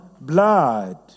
blood